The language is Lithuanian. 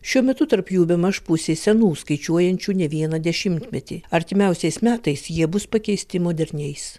šiuo metu tarp jų bemaž pusė senų skaičiuojančių ne vieną dešimtmetį artimiausiais metais jie bus pakeisti moderniais